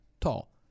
tall